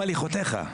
הליכותיך.